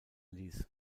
ließ